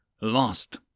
Lost